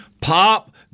pop